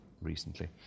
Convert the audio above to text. recently